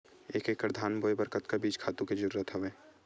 एक एकड़ धान बोय बर कतका बीज खातु के जरूरत हवय?